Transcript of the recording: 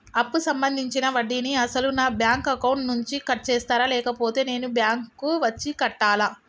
అప్పు సంబంధించిన వడ్డీని అసలు నా బ్యాంక్ అకౌంట్ నుంచి కట్ చేస్తారా లేకపోతే నేను బ్యాంకు వచ్చి కట్టాలా?